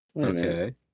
okay